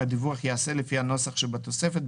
הדיווח ייעשה לפי הנוסח שבתוספת,